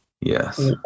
Yes